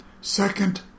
second